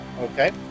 Okay